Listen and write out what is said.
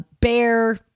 bear